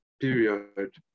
period